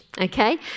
Okay